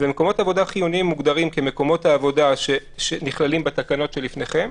כשמקומות עבודה חיוניים מוגדרים כמקומות עבודה שנכללים בתקנות שלפניכם,